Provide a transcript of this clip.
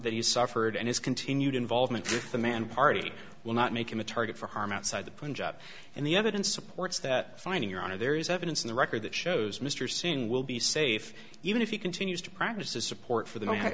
that you suffered and his continued involvement in the man party will not make him a target for harm outside the punjab and the evidence supports that finding your honor there is evidence in the record that shows mr soong will be safe even if he continues to practice his support for the mac